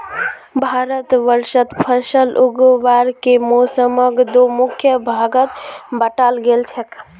भारतवर्षत फसल उगावार के मौसमक दो मुख्य भागत बांटाल गेल छेक